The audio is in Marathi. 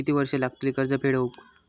किती वर्षे लागतली कर्ज फेड होऊक?